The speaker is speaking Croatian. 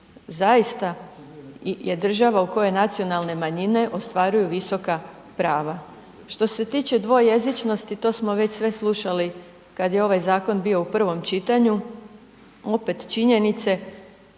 zaista je država u kojoj nacionalne manjine ostvaruju visoka prava. Što se tiče dvojezičnosti, to smo već sve slušali kad je ovaj zakon bio u provom čitanju. Opet činjenice,